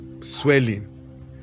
swelling